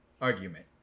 argument